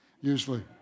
usually